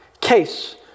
case